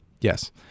Yes